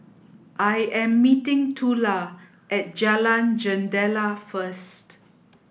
I am meeting Tula at Jalan Jendela first